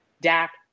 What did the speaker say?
dak